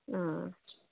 ꯑꯥ